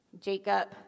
Jacob